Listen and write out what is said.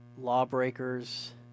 lawbreakers